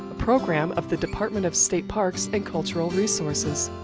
a program of the department of state parks and cultural resources.